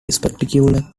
spectacular